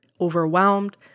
overwhelmed